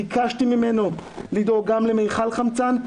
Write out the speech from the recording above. ביקשתי ממנו לדאוג גם למיכל חמצן,